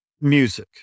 music